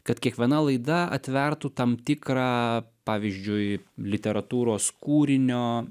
kad kiekviena laida atvertų tam tikrą pavyzdžiui literatūros kūrinio